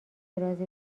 رازی